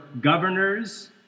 governors